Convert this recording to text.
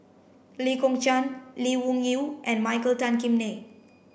Lee Kong Chian Lee Wung Yew and Michael Tan Kim Nei